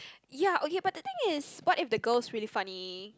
ya okay but the thing is but if the girl really funny